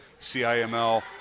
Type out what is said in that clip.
CIML